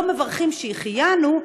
לא מברכים "שהחיינו",